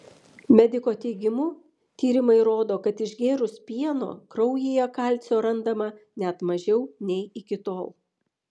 mediko teigimu tyrimai rodo kad išgėrus pieno kraujyje kalcio randama net mažiau nei iki tol